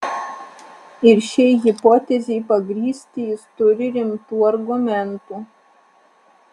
ir šiai hipotezei pagrįsti jis turi rimtų argumentų